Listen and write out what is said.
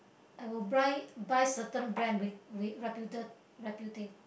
I will buy buy certain brand with with reputa~ reputa~